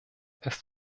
ist